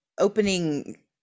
opening